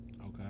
Okay